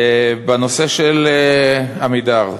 בנושא של "עמידר"